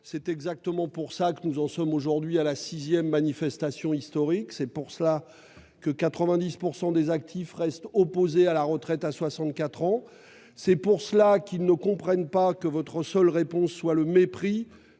C'est exactement pour cela que nous en sommes aujourd'hui à la sixième manifestation historique. C'est pour cela que 90 % des actifs restent opposés à la retraite à 64 ans. C'est pour cela qu'ils ne comprennent pas que votre seule réponse soit le mépris